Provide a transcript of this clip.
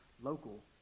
local